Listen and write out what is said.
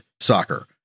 soccer